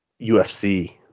UFC